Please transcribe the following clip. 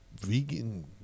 vegan